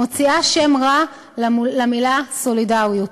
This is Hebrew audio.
מוציאה שם רע למילה סולידריות.